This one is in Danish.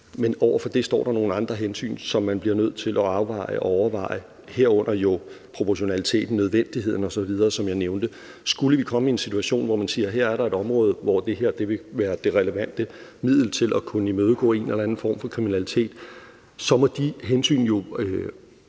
Men over for det står der nogle andre hensyn, som man bliver nødt til at afveje og overveje, herunder jo proportionaliteten, nødvendigheden osv., som jeg nævnte. Skulle vi komme i en situation, hvor man siger, at her er der et område, hvor det her ville være det relevante middel til at kunne imødegå en eller anden form for kriminalitet, så må de hensyn jo